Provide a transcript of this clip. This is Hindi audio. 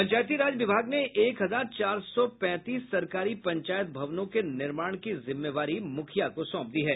पंचायती राज विभाग ने एक हजार चार सौ पैंतीस सरकारी पंचायत भवनों के निर्माण की जिम्मेवारी मुखिया को सौंप दी है